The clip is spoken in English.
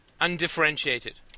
undifferentiated